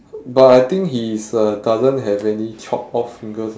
but I think he is uh doesn't have any chopped off fingers